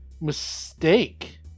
mistake